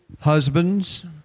Husbands